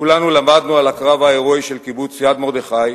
כולנו למדנו על הקרב ההירואי של קיבוץ יד-מרדכי,